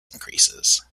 increases